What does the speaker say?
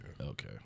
Okay